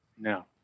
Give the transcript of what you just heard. No